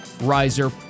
riser